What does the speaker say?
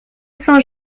saint